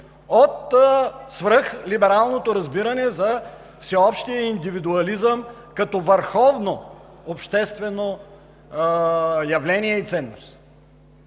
от свръхлибералното разбиране за всеобщия индивидуализъм като върховно обществено явление и ценност.